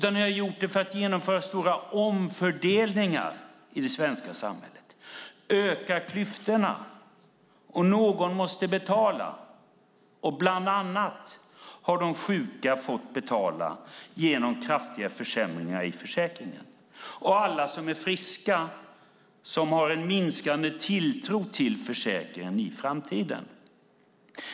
Ni har gjort det för att genomföra stora omfördelningar i det svenska samhället och öka klyftorna. Och någon måste betala. Det är bland andra de sjuka som har fått betala genom kraftiga försämringar i försäkringen och alla som är friska och som har en minskande tilltro till försäkringen i framtiden.